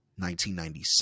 1997